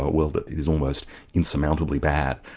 a world that is almost insurmountably bad.